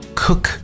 cook